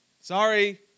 Sorry